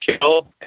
kill